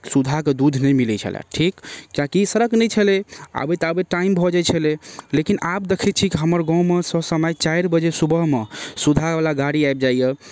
सुधाके दूध नहि मिलै छलै ठीक किएकि सड़क नहि छलै आबैत आबैत टाइम भऽ जाइ छलै लेकिन आब देखै छी हमर गाममेसँ समय चारि बजे सुबहमे सुधावला गाड़ी आबि जाइए